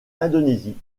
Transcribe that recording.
indonésie